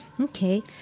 Okay